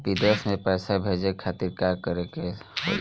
विदेश मे पैसा भेजे खातिर का करे के होयी?